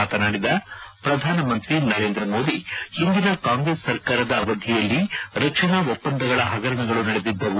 ಮಾತನಾಡಿದ ಶ್ರಧಾನಿ ಮೋದಿ ಹಿಂದಿನ ಕಾಂಗ್ರೆಸ್ ಸರ್ಕಾರದ ಅವಧಿಯಲ್ಲಿ ರಕ್ಷಣಾ ಒಪ್ಪಂದಗಳ ಹಗರಣಗಳು ನಡೆದಿದ್ದವು